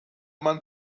man